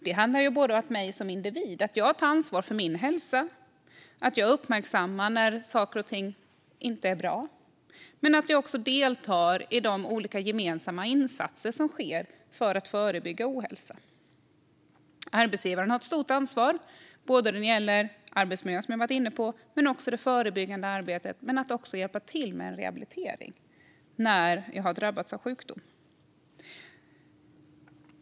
Det handlar om mig som individ - att jag tar ansvar för min hälsa, uppmärksammar när saker och ting inte är bra och också deltar i de olika gemensamma insatser som sker för att förebygga ohälsa. Arbetsgivaren har ett stort ansvar - både för arbetsmiljön, som jag har varit inne på, och för det förebyggande arbetet samt för att hjälpa till med rehabilitering när jag har drabbats av sjukdom.